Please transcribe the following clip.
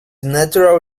natural